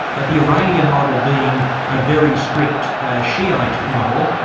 ah the iranian model being a very strict ah shiite model,